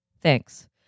Thanks